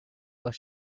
were